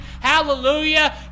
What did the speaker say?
hallelujah